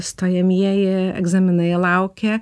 stojamieji egzaminai laukė